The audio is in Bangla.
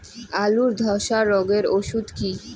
আলুর ধসা রোগের ওষুধ কি?